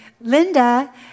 Linda